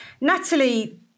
Natalie